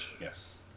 Yes